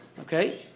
okay